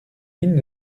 mine